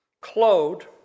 clothed